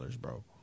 bro